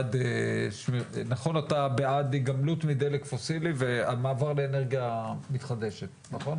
אתה בעד היגמלות מדלק פוסילי ומעבר לאנרגיה מתחדשת נכון,